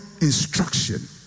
instruction